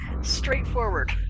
straightforward